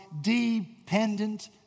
dependent